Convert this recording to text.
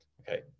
Okay